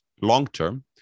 long-term